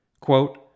Quote